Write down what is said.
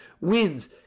Wins